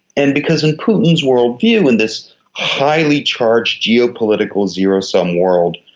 and because in putin's worldview in this highly charged geopolitical zero-sum world,